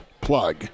plug